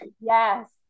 yes